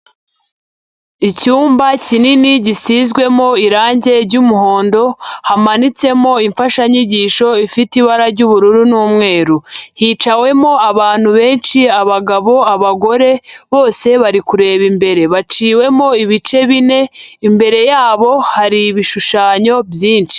Icyumba kinini gisizwemo irangi ry'umuhondo hamanitsemo imfashanyigisho ifite ibara ry'ubururu n'umweru, hicawemo abantu benshi abagabo, abagore bose bari kureba imbere baciwemo ibice bine imbere yabo hari ibishushanyo byinshi.